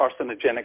carcinogenic